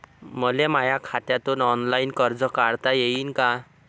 मले माया खात्यातून ऑनलाईन कर्ज काढता येईन का?